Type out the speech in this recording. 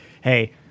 hey